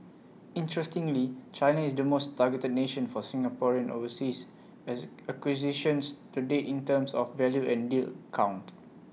interestingly China is the most targeted nation for Singaporean overseas as acquisitions to date in terms of value and deal count